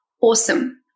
awesome